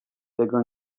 tego